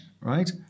right